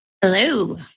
Hello